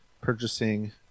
purchasing